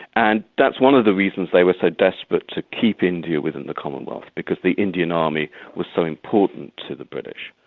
and that's one of the reasons they were so desperate to keep india within the commonwealth, because the indian army was so important to the british.